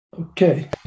Okay